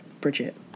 Bridget